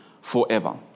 forever